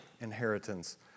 inheritance